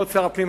כבוד שר הפנים,